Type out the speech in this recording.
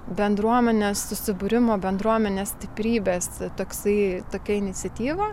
bendruomenės susibūrimo bendruomenės stiprybės toksai tokia iniciatyva